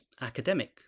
academic